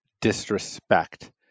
disrespect